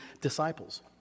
disciples